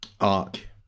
arc